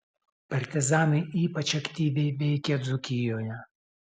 partizanai ypač aktyviai veikė dzūkijoje